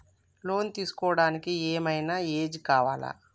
Loan తీస్కోవడానికి ఏం ఐనా ఏజ్ కావాలా?